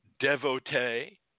devotee